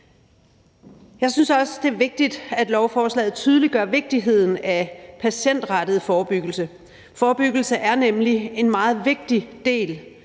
Jeg synes også, det er vigtigt, at lovforslaget tydeliggør vigtigheden af patientrettet forebyggelse. Forebyggelse er nemlig en meget vigtig del